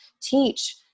teach